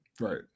Right